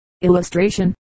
Illustration